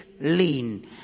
lean